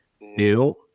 new